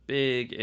big